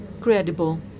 credible